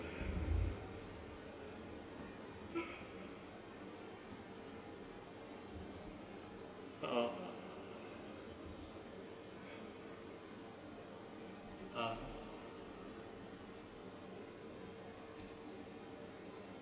oh uh